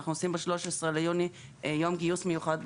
אנחנו עושים ב-13 ביוני בעוספיה יום גיוס מיוחד,